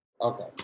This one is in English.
Okay